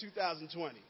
2020